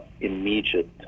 immediate